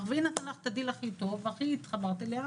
והיא נתנה לך את הדיל הכי טוב והתחברת אליה